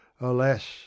alas